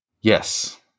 Yes